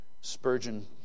Spurgeon